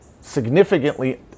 significantly